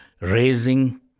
Raising